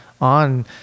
on